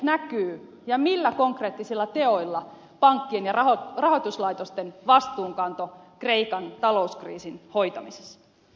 missä ja millä konkreettisilla teoilla nyt näkyy pankkien ja muiden rahoituslaitosten vastuunkanto kreikan talouskriisin hoitamisessa